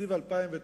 בתקציב 2009,